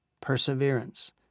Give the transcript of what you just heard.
perseverance